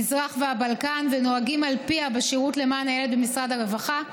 המזרח והבלקן ונוהגים על פיה בשירות למען הילד ובמשרד הרווחה,